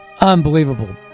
Unbelievable